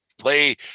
play